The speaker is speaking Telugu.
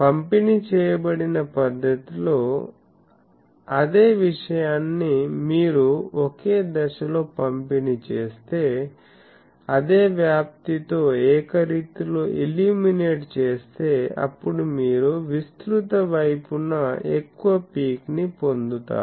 పంపిణీ చేయబడిన పద్ధతిలో అదే విషయాన్నీ మీరు ఒకే దశ లో పంపిణీ చేస్తే అదే వ్యాప్తితో ఏకరీతిలో ఇల్యూమినేట్ చేస్తే అప్పుడు మీరు విస్తృత వైపున ఎక్కువ పీక్ ని పొందుతారు